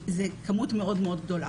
זו כמות מאוד גדולה.